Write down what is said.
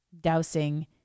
dousing